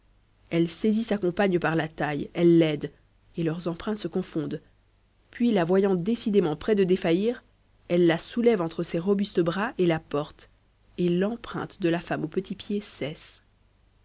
elle saisit sa compagne par la taille elle l'aide et leurs empreintes se confondent puis la voyant décidément près de défaillir elle la soulève entre ses robustes bras et la porte et l'empreinte de la femme au petit pied cesse